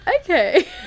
Okay